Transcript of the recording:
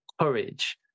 courage